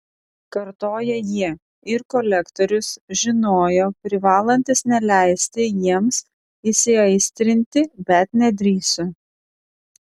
kartojo jie ir kolektorius žinojo privalantis neleisti jiems įsiaistrinti bet nedrįso